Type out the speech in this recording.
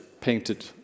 painted